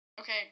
Okay